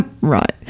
Right